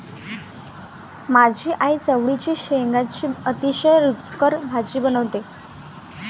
माझी आई चवळीच्या शेंगांची अतिशय रुचकर भाजी बनवते